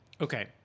Okay